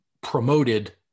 promoted